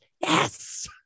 Yes